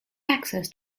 access